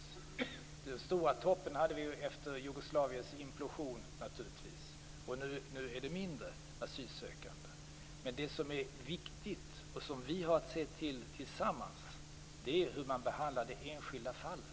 Den stora toppen hade vi efter Jugoslaviens implosion, naturligtvis. Nu är det färre asylsökande. Det som är viktigt, och som vi har att se till tillsammans, är hur man behandlar det enskilda fallet.